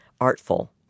artful